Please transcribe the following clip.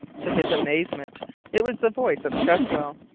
to his amazement it was the voice of cresswell,